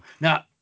Now